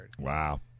Wow